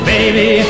Baby